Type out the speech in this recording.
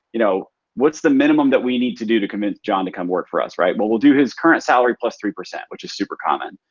you know what's the minimum that we need to do to convince john to come work for us? right? well, we'll do his current salary plus three percent. which super common,